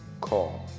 call